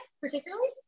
particularly